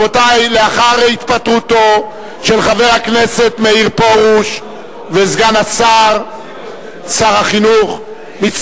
לאחר התפטרותו של חבר הכנסת וסגן שר החינוך מאיר פרוש,